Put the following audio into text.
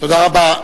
תודה רבה.